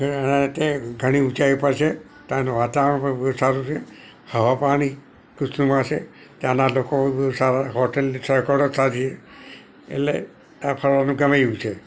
ને તે એટલે ઘણી ઊંચાઈ ઉપર છે ત્યાંનું વાતાવરણ પણ બહુ સારું છે હવા પાણી ખુશનુમા છે ત્યાંનાં લોકો સારા હોટલની સગવડો સારી એટલે ત્યાં ફરવાનું ગમે એવું છે